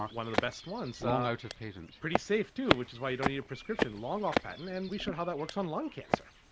one of the best ones. now out of patent. pretty safe too which is why you don't need a prescription long off patent and we showed how that works on lung cancer.